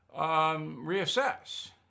reassess